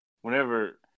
whenever